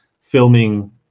filming